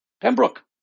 pembroke